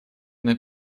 над